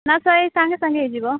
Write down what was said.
ନା ଏଇ ସାଙ୍ଗେ ସାଙ୍ଗେ ହେଇଯିବ